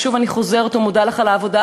ושוב אני חוזרת ומודה לך על העבודה